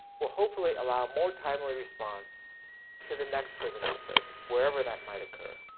will hopefully allow more timely response to the next prison outbreak, wherever that might occur.